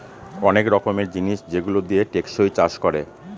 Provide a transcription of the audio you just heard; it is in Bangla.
অনেক রকমের জিনিস যেগুলো দিয়ে টেকসই চাষ করে